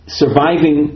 surviving